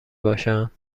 باشند